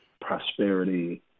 prosperity